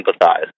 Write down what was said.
empathize